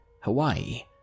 Hawaii